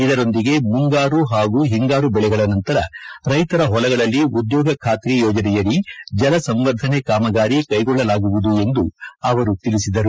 ಇದರೊಂದಿಗೆ ಮುಂಗಾರು ಹಾಗೂ ಹಿಂಗಾರು ಬೆಳೆಗಳ ನಂತರ ರೈತರ ಹೊಲಗಳಲ್ಲಿ ಉದ್ಯೋಗ ಖಾತ್ರಿ ಯೋಜನೆಯಡಿ ಜಲಸಂವರ್ಧನೆ ಕಾಮಗಾರಿ ಕೈಗೊಳ್ಳಲಾಗುವುದು ಎಂದೂ ಅವರು ಹೇಳಿದ್ದಾರೆ